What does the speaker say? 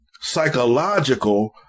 psychological